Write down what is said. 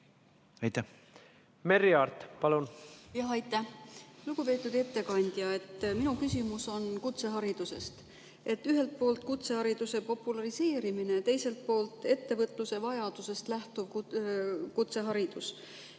Merry Aart, palun!